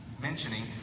mentioning